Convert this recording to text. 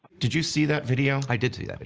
did you see that video? i did see that